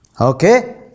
Okay